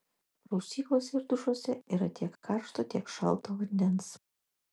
prausyklose ir dušuose yra tiek karšto tiek šalto vandens